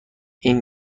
این